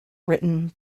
written